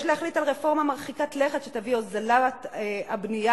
יש להחליט על רפורמה מרחיקה לכת שתביא להוזלת הבנייה